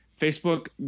Facebook